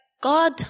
God